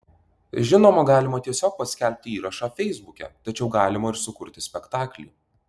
žinoma galima tiesiog paskelbti įrašą feisbuke tačiau galima ir sukurti spektaklį